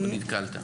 או נתקלת?